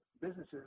businesses